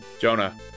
Jonah